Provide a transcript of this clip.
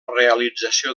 realització